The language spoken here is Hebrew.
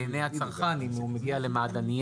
לעיני הצרכן אם הוא מגיע למעדנייה